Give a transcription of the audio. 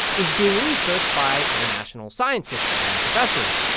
is being researched by international scientists and professors.